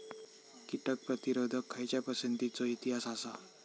कीटक प्रतिरोधक खयच्या पसंतीचो इतिहास आसा?